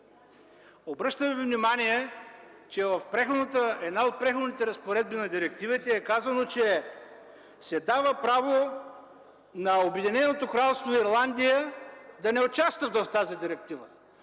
Обръщам Ви внимание, че в една от преходните разпоредби на директивата е казано, че се дава право на Обединеното кралство Ирландия да не участва в тази директива.